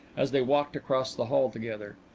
as they walked across the hall together.